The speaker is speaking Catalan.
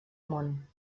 món